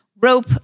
rope